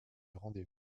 rendez